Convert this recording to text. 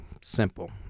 simple